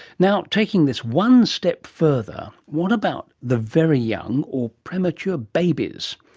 now taking this one step further, what about the very young or premature babies?